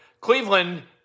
Cleveland